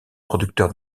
producteur